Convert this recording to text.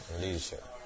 leadership